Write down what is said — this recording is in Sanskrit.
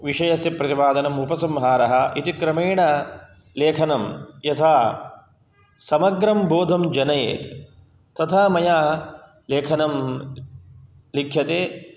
विषयस्य प्रतिपादनम् उपसंहारः इति क्रमेण लेखनं यथा समग्रं बोधं जनयेत् तथा मया लेखनं लिख्यते